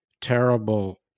terrible